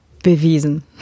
bewiesen